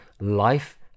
life